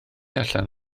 allan